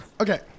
Okay